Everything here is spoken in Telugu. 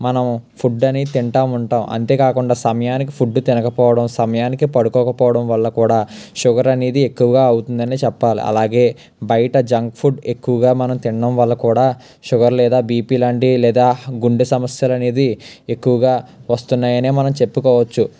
మనం ఫుడ్ అని తింటూ ఉంటాం అంతే కాకుండా సమయానికి ఫుడ్డు తినకపోవడం సమయానికి పడుకోకపోవడం వల్ల కూడా షుగర్ అనేది ఎక్కువగా అవుతుంది అని చెప్పాలి అలాగే బయట జంక్ ఫుడ్ ఎక్కువగా మనం తినడం వల్ల కూడా షుగర్ లేదా బిపి లాంటి లేదా గుండె సమస్యలు అనేది ఎక్కువగా వస్తున్నాయని మనం చెప్పుకోవచ్చు